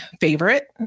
favorite